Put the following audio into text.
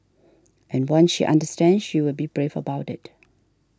and once she understands she will be brave about it